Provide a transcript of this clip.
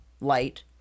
light